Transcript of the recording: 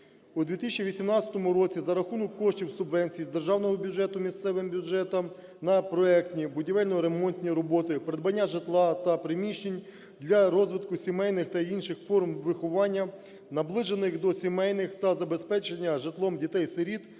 У 2018 році за рахунок коштів субвенції з державного бюджету місцевим бюджетам на проектні, будівельно-ремонтні роботи, придбання житла та приміщень для розвитку сімейних та інших форм виховання, наближених до сімейних, та забезпечення житлом дітей-сиріт,